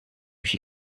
she